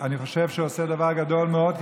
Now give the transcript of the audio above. אני חושב שהוא עושה דבר גדול מאוד,